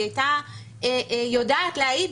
היא הייתה יודעת להעיד